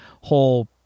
whole